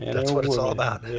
and that's what it's all about.